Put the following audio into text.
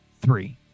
three